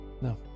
No